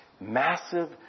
massive